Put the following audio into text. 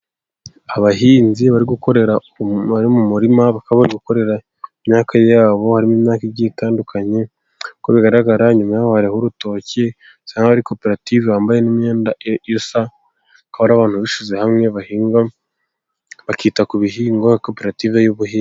Abahinzi bari gukorera mu murima bakaba bari gukorera imyaka yabo harimo imyaka igiye itandukanye uko bigaragara inyuma yaho hari urutoki usanga ari koperative bambaye n'imyenda isa, bakaba ari abantu bishyize hamwe bahinga bakita ku bihingwa, koperative y'ubuhinzi.